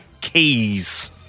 keys